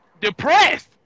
depressed